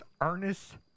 Ernest